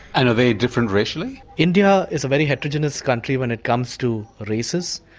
and are they different racially? india is a very heterogeneous country when it comes to races.